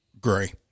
gray